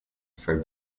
for